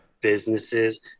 businesses